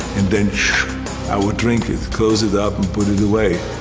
and then i would drink it, close it up and put it away.